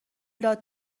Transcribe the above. داد